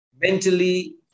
mentally